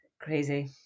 crazy